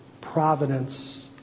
providence